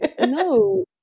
No